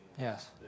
Yes